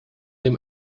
dem